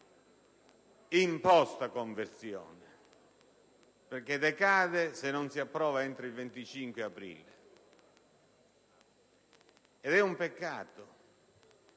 imposta conversione (perché decade se non si approva entro il 25 aprile). Ed è un peccato,